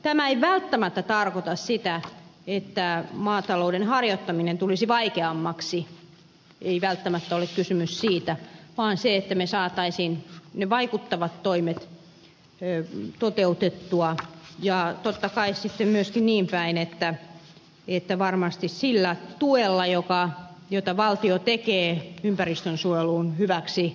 tämä ei välttämättä tarkoita sitä että maatalouden harjoittaminen tulisi vaikeammaksi ei välttämättä ole kysymys siitä vaan siitä että me saisimme ne vaikuttavat toimet toteutettua ja totta kai sitten olisi myöskin niin päin että varmasti sillä tuella jota valtio tekee ympäristönsuojelun hyväksi